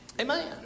Amen